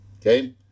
okay